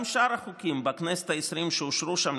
גם שאר החוקים בכנסת העשרים שאושרו שם,